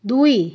ଦୁଇ